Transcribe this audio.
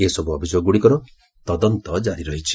ଏସବୁ ଅଭିଯୋଗଗୁଡ଼ିକର ତଦନ୍ତ କାରି ରହିଛି